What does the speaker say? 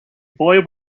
boy